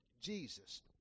Jesus